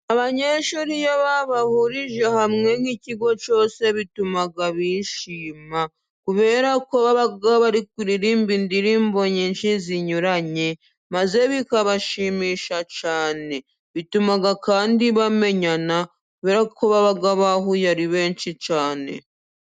Abanyeshuri iyo babahurije hamwe nk'ikigo cyose bituma bishima, kubera ko bari kuririmba indirimbo nyinshi zinyuranye, maze bikabashimisha cyane. Bituma kandi bamenyana, kubera ko baba bahuye ari benshi cyane.